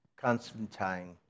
Constantine